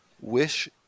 Wish